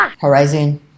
Horizon